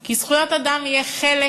כי זכויות אדם יהיו חלק